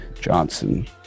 Johnson